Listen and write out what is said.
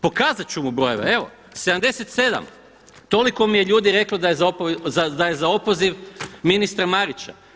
Pokazat ću mu brojeve, evo 77 toliko mi je ljudi reklo da je za opoziv ministra Marića.